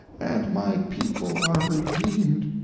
and my people are redeemed.